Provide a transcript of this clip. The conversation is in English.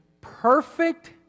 perfect